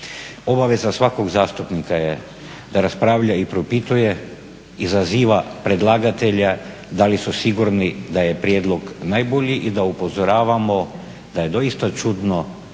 Obaveza svakog zastupnika je da raspravlja i priupituje, izaziva predlagatelje da li su sigurni da je prijedlog najbolji i da upozoravamo da je doista čudno